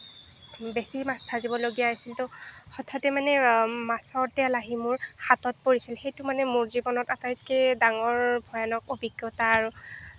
বেছি মাছ ভাজিবলগীয়া হৈছিল তো হঠাতে মানে মাছৰ তেল আহি মোৰ হাতত পৰিছিলহি সেইটো মোৰ জীৱনত আটাইতকৈ ডাঙৰ ভয়ানক অভিজ্ঞতা আৰু